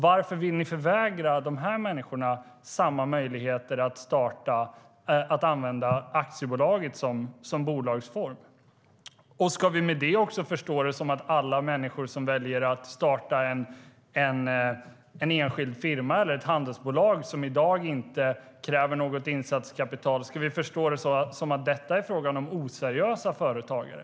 Varför vill ni förvägra dessa människor samma möjligheter att använda aktiebolaget som bolagsform? Ska vi med detta förstå att alla människor som väljer att starta en enskild firma eller ett handelsbolag som i dag inte kräver något insatskapital är oseriösa företagare?